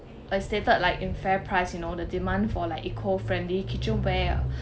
it stated like in fairprice you know the demand for like eco-friendly kitchenware are